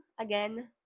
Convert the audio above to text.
again